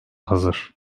hazır